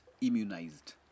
immunized